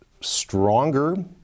stronger